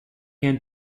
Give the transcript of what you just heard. hand